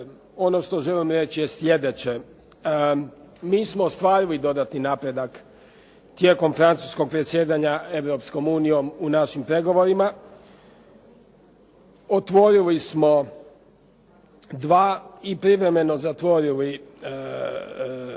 Ono što želim reći je sljedeće. Mi smo ostvarili dodatni napredak tijekom Francuskog predsjedanja Europskom unijom u našim pregovorima. Otvorili smo 2 i privremeno zatvorili dodatna